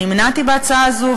נמנעתי בהצבעה הזאת,